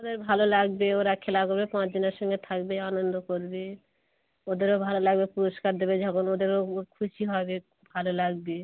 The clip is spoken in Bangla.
ওদের ভালো লাগবে ওরা খেলা করবে পাঁচজনের সঙ্গে থাকবে আনন্দ করবে ওদেরও ভালো লাগবে পুরস্কার দেবে যখন ওদেরও খুশি হবে ভালো লাগবে